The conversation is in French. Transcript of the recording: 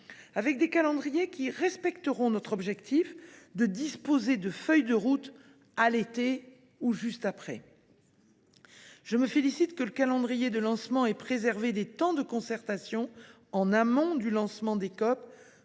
avec des calendriers qui respecteront notre objectif de disposer de feuilles de routes d’ici à l’été prochain, ou juste après. Je me félicite que le calendrier de lancement ait préservé des temps de concertation en amont de la réunion des COP